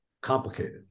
complicated